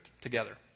together